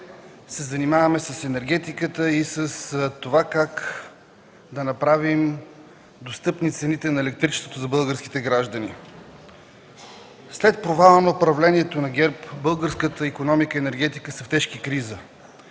се занимаваме с енергетиката и с това как да направим достъпни цените на електричеството за българските граждани. След провала на управлението на ГЕРБ българската икономика и енергетика са в тежка криза.